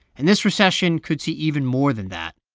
and this recession could see even more than that.